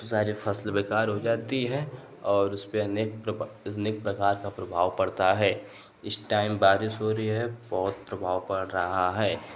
तो सारी फसल बेकार हो जाती है और उसपे अनेक प्राप अनेक प्रकार का प्रभाव पड़ता है इस टाइम बारिश हो रही है बहुत प्रभाव पड़ रहा है